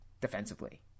defensively